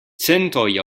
centoj